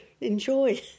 enjoy